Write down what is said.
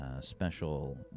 special